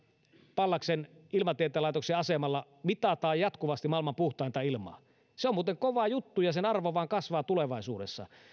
pallaksen ilmatieteen laitoksen asemalla mitataan jatkuvasti maailman puhtainta ilmaa se on muuten kova juttu ja sen arvo vain kasvaa tulevaisuudessa